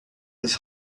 his